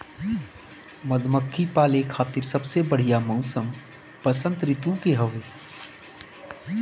मधुमक्खी पाले खातिर सबसे बढ़िया मौसम वसंत ऋतू के हवे